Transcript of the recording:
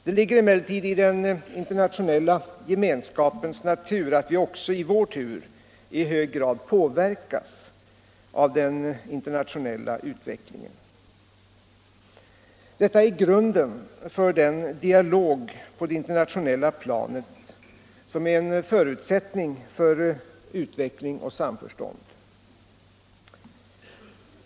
Det ligger emellertid i den internationella gemenskapens natur att även vi i vår tur i hög grad påverkas av den internationella utvecklingen. Detta är grunden för den dialog på det internationella planet som är en förutsättning för utveckling och samförstånd.